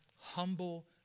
humble